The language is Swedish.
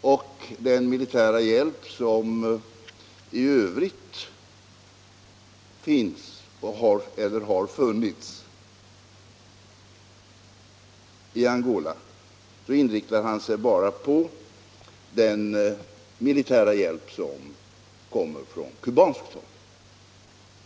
och den militära hjälp som i övrigt ges och/eller har getts i Angola inriktar herr Björck sig bara på den militära hjälp som kommer från kubanskt håll.